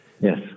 Yes